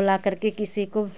बुला करके किसी को